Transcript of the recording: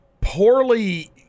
poorly